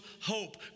hope